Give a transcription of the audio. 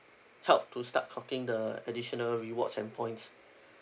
help to start collecting the additional rewards and points